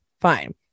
Fine